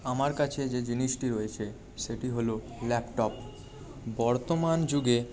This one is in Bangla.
আমার কাছে যে জিনিসটি রয়েছে সেটি হল ল্যাপটপ বর্তমান যুগের